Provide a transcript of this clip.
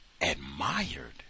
admired